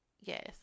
Yes